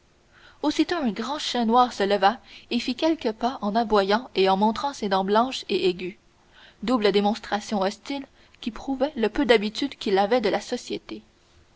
aussitôt un grand chien noir se leva et fit quelques pas en aboyant et en montrant ses dents blanches et aiguës double démonstration hostile qui prouvait le peu d'habitude qu'il avait de la société